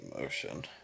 motion